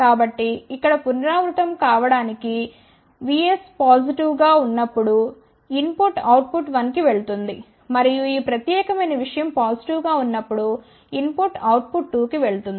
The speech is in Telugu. కాబట్టి ఇక్కడ పునరావృతం కావడానికి Vs పాజిటివ్ గా ఉన్నప్పుడు ఇన్ పుట్ అవుట్ పుట్ 1 కి వెళుతుంది మరియు ఈ ప్రత్యేకమైన విషయం పాజిటివ్ గా ఉన్నప్పుడు ఇన్ పుట్ అవుట్ పుట్ 2 కి వెళుతుంది